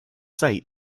site